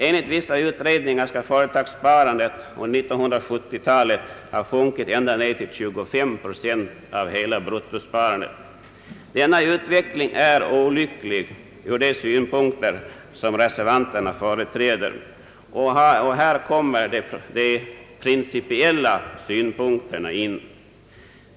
Enligt vissa utredningar skall företagssparandet under 1970 talet ha sjunkit ända ned till 25 procent av hela bruttosparandet. Denna utveckling är olycklig ur de synpunkter som reservanterna företräder, och här kommer de principiella synpunkterna in i bilden.